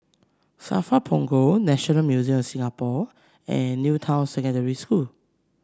Safra Punggol National Museum of Singapore and New Town Secondary School